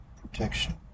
protection